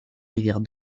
rivière